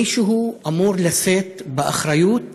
מישהו אמור לשאת באחריות